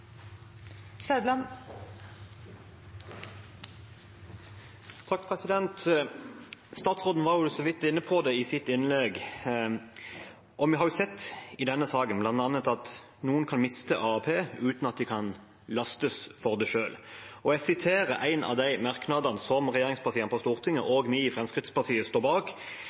vi har jo sett i denne saken bl.a. at noen kan miste AAP uten at de kan lastes for det selv. Og jeg siterer en av de merknadene som regjeringspartiene på Stortinget og vi i Fremskrittspartiet står bak: